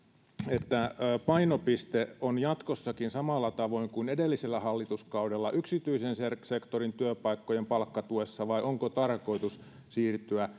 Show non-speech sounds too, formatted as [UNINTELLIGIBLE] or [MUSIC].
että painopiste on jatkossakin samalla tavoin kuin edellisellä hallituskaudella yksityisen sektorin työpaikkojen palkkatuessa vai onko tarkoitus siirtyä [UNINTELLIGIBLE]